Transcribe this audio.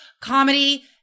comedy